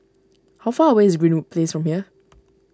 how far away is Greenwood Place from here